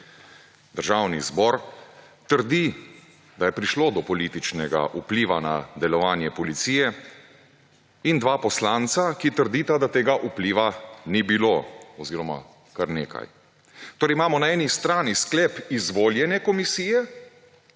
Državni zbor, trdi, da je prišlo do političnega vpliva na delovanje policije, in dva poslanca, ki trdita, da tega vpliva ni bilo. Torej imamo na eni strani sklep izvoljene komisije,